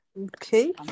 Okay